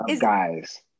guys